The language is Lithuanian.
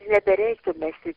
nebereiktų mesti